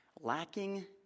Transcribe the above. lacking